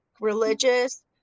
religious